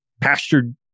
pastured